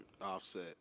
Offset